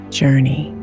journey